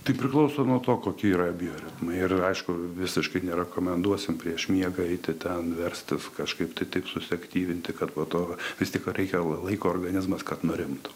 tai priklauso nuo to kokie yra bioritmai ir aišku visiškai nerekomenduosim prieš miegą eiti ten verstis kažkaip tai taip susiaktyvinti kad po to vis tik reikia laiko organizmas kad nurimtų